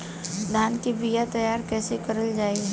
धान के बीया तैयार कैसे करल जाई?